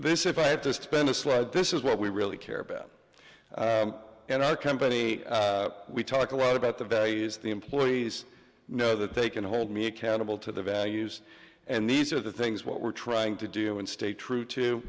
this if i have to spend a slide this is what we really care about and our company we talk a lot about the values the employees know that they can hold me accountable to their values and these are the things we're trying to do and stay true to